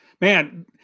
Man